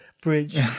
bridge